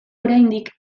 oraindik